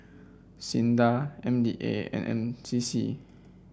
SINDA M D A and C C